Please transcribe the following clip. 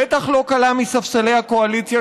בטח לא קלה מספסלי הקואליציה,